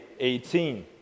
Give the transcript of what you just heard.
18